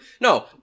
no